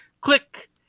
click